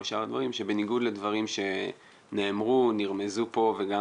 שבניגוד לדברים שנאמרו או נרמזו פה וגם